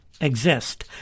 exist